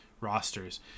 rosters